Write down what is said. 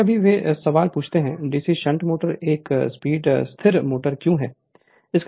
कभी कभी वे ये सवाल पूछते हैं डीसी शंट मोटर एक स्थिर स्पीड मोटर क्यों है